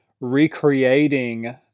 recreating